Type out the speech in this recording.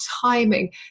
timing